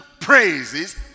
praises